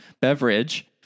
beverage